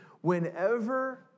Whenever